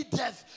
death